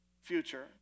future